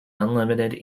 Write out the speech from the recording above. unlimited